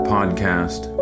Podcast